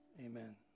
Amen